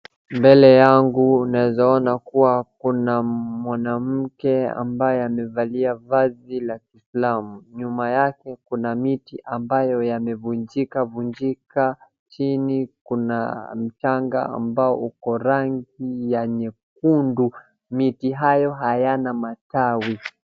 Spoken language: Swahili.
Mbele yangu naeza ona kuwa kuna mwanamke ambaye amevalia vazi la kiislamu, nyuma yake kuna miti ambayo yamevunjikavujika, chini kuna mchanga ambao uko rangi ya nyekundu. Miti hayo hayana matawi.